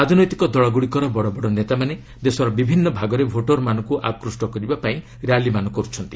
ରାଜନୈତିକ ଦଳଗୁଡ଼ିକର ବଡ଼ବଡ଼ ନେତାମାନେ ଦେଶର ବିଭିନ୍ନ ଭାଗରେ ଭୋଟରମାନଙ୍କୁ ଆକୃଷ୍ଣ କରିବା ପାଇଁ ର୍ୟାଳିମାନ କରୁଛନ୍ତି